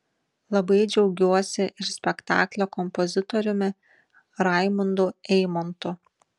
labai džiaugiuosi ir spektaklio kompozitoriumi raimundu eimontu